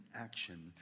action